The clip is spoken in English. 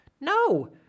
No